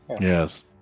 Yes